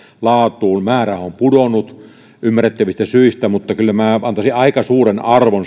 laatuun määrähän on pudonnut ymmärrettävistä syistä mutta kyllä minä antaisin aika suuren arvon